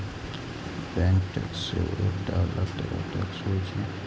bank tax सेहो एकटा अलग तरह टैक्स होइ छै